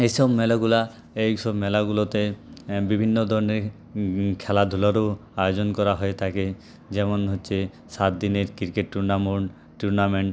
এইসব মেলাগুলা এইসব মেলাগুলোতে বিভিন্ন ধরনের খেলাধুলারও আয়োজন করা হয়ে থাকে যেমন হচ্ছে সাতদিনের ক্রিকেট টুর্নামন্ট টুর্নামেন্ট